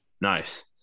Nice